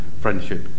friendship